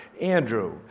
Andrew